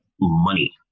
money